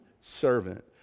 servant